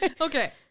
Okay